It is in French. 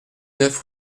neuf